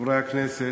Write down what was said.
חברי הכנסת,